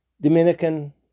Dominican